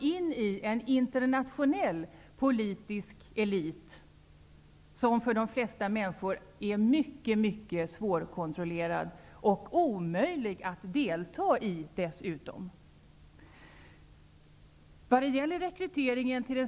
Det hamnar hos en internationell politisk elit, som för de flesta människor är mycket svårkontrollerad. Det är dessutom omöjligt att delta i beslutsfattandet.